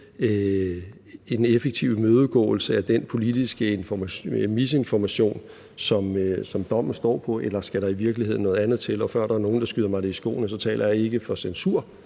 en effektiv imødegåelse af den politiske misinformation, som dommen står på, eller om der i virkeligheden skal noget andet til – og før der er nogle, der skyder mig det i skoene, så taler jeg ikke for censur